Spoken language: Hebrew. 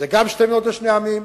זה גם שתי מדינות לשני עמים,